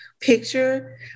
picture